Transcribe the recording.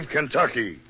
Kentucky